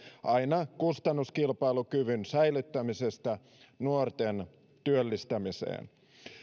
aina kustannuskilpailukyvyn säilyttämisestä nuorten työllistämiseen